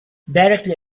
directly